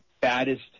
baddest